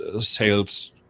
sales